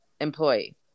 employee